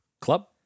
club